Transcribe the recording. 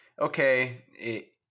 okay